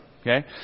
Okay